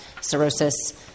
cirrhosis